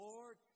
Lord